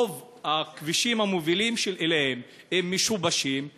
רוב הכבישים המובילים אליהם הם משובשים,